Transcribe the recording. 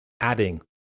adding